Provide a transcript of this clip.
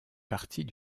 partie